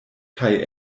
kaj